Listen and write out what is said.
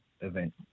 event